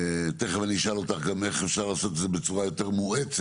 תיכף אני אשאל אותך גם איך אפשר לעשות את זה בצורה יותר מואצת,